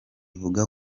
uvuga